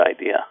idea